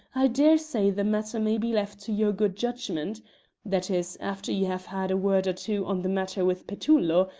i dare say the matter may be left to your good judgment that is, after you have had a word or two on the matter with petullo,